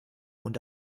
und